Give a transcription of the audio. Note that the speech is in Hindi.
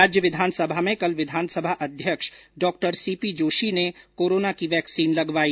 राज्य विधानसभा में कल विधानसभा अध्यक्ष डॉ सीपी जोशी ने कोरोना की वैक्सीन लगवाई